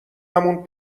همون